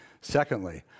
Secondly